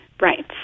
Right